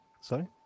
Sorry